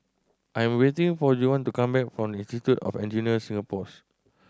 I am waiting for Juwan to come back from Institute of Engineers Singapore's